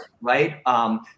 right